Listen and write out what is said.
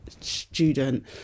student